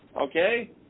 okay